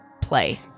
play